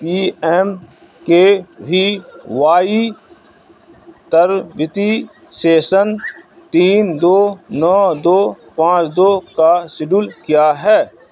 پی M K V Y تربیتی session تین دو نو دو پانچ دو کا شیڈول کیا ہے